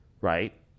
right